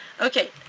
Okay